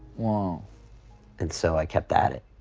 um and so i kept at it.